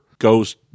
goes